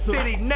City